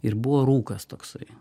ir buvo rūkas toksai